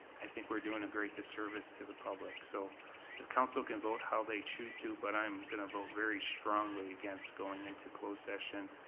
i think we're doing a great disservice to the public. so the council can vote how they choose to, but i'm gonna vote very strongly against going into closed session.